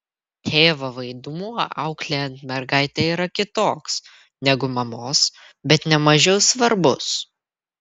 tėvo vaidmuo auklėjant mergaitę yra kitoks negu mamos bet ne mažiau svarbus